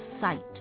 Sight